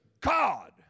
God